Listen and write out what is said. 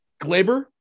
Glaber